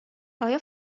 آیا